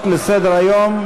לסדר-היום.